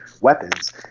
weapons